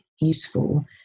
useful